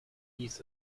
hieß